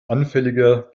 anfälliger